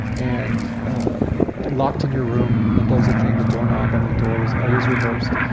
and locked in your room. like that was the thing, the doorknob on my door was always reversed,